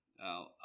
Now